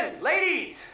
ladies